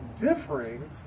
differing